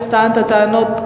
טענת טענות,